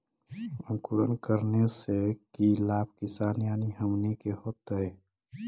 अंकुरण करने से की लाभ किसान यानी हमनि के होतय?